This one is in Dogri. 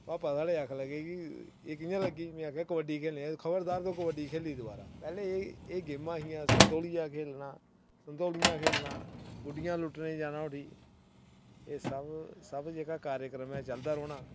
पापा मेरे पुच्छन लगे कि एह् कि'यां लग्गी ते खबरदार अगर कबड्डी खेढी दोबारा पैह्लें एह् गेमां हियां संतोलिया खेढना गुड्डियां लुट्टने गी जाना उठी एह् सब जेह्का कार्यक्रम ऐ चलदा रौह्ना